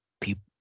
people